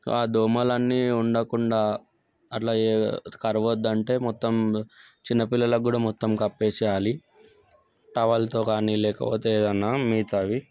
ఆ దోమలన్నీ ఉండకుండా అట్లా కరవద్దంటే మొత్తం చిన్నపిల్లలకు కూడా మొత్తం కప్పేసేయాలి టవల్తో కానీ లేకపోతే ఏదన్నా మిగతావి